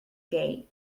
gate